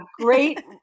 great